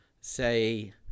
say